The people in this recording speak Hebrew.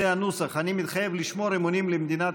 זה הנוסח: "אני מתחייב לשמור אמונים למדינת